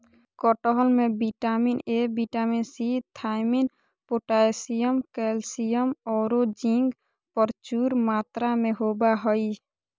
कटहल में vitamin A, vitamin C, thiamine, potassium, calcium औरो जिंक प्रचुर मात्रा में होबा हइ